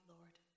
Lord